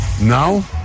now